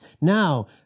Now